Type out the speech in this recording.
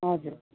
हजुर